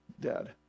dad